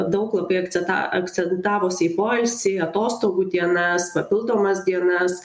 daug labai akcenta akcentavosi į poilsį atostogų dienas papildomas dienas